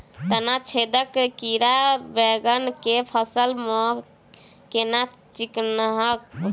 तना छेदक कीड़ा बैंगन केँ फसल म केना चिनहब?